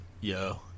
Yo